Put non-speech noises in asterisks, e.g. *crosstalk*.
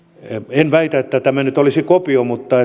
en väitä että tämä olisi kopio mutta *unintelligible*